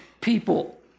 people